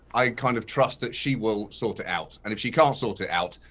i kind of trust that she will sort it out and if she can't sort it out,